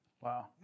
Wow